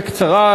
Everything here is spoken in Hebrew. בקצרה,